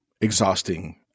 exhausting